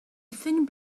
thin